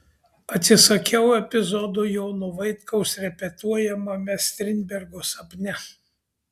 atsisakiau epizodo jono vaitkaus repetuojamame strindbergo sapne